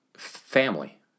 family